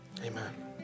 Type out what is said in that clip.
Amen